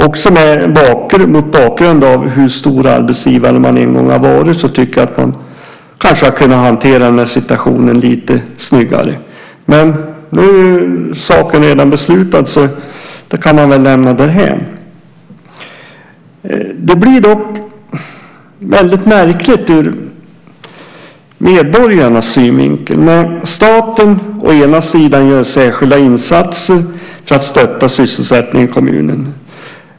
Också mot bakgrund av att man en gång har varit en så stor arbetsgivare tycker jag att man kanske kunde ha hanterat situationen lite snyggare. Nu är det redan beslutat, så man kan väl lämna detta därhän. Det blir väldigt märkligt ur medborgarnas synvinkel när staten gör särskilda insatser för att stötta sysselsättningen i kommunen.